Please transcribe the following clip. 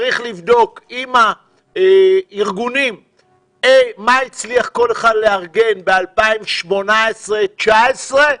צריך לבדוק עם הארגונים מה הצליח כל אחד לארגן בשנת 2018 ו-2019.